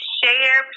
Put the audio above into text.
share